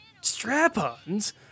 Strap-ons